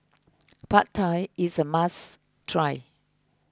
Pad Thai is a must try